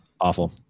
Awful